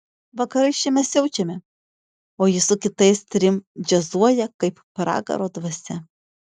vakarais čia mes siaučiame o jis su kitais trim džiazuoja kaip pragaro dvasia